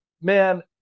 man